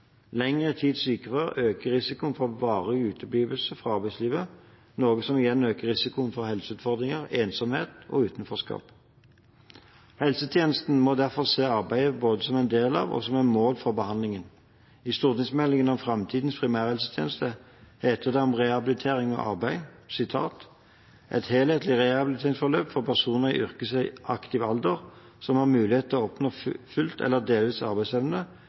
Lengre tids sykefravær øker risikoen for varig uteblivelse fra arbeidslivet, noe som igjen øker risikoen for helseutfordringer, ensomhet og utenforskap. Helsetjenesten må derfor se arbeid både som en del av og som et mål for behandlingen. I stortingsmeldingen om fremtidens primærhelsetjeneste heter det om rehabilitering og arbeid at «et helhetlig rehabiliteringsforløp for personer i yrkesaktiv alder som har mulighet til å oppnå full eller delvis arbeidsevne,